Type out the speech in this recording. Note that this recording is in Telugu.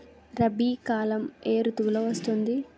రబీ కాలం ఏ ఋతువులో వస్తుంది?